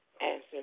answer